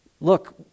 Look